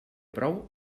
prou